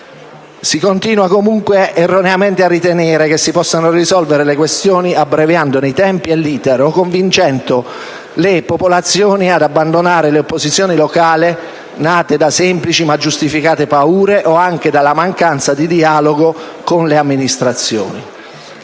Si continua comunque erroneamente a ritenere che si possano risolvere le questioni abbreviandone i tempi e l'*iter* o convincendo le popolazioni ad abbandonare le opposizioni locali, nate da semplici ma giustificate paure, o anche dalla mancanza di dialogo con le amministrazioni.